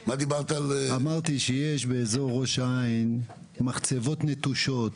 אמרתי שיש באזור ראש העין מחצבות נטושות